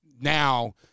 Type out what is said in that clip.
now